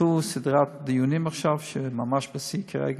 עשו סדרת דיונים עכשיו, שהיא ממש בשיא כרגע,